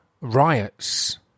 riots